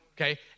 Okay